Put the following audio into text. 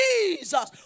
Jesus